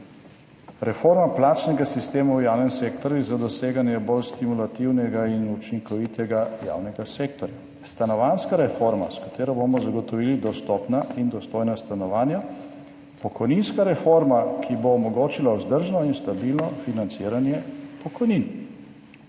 Reforma plačnega sistema v javnem sektorju je za doseganje bolj stimulativnega in učinkovitega javnega sektorja. Stanovanjska 47. TRAK (VI) 15.50 (nadaljevanje) reforma, s katero bomo zagotovili dostopna in dostojna stanovanja. Pokojninska reforma, ki bo omogočila vzdržno in stabilno financiranje pokojnin.